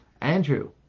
Andrew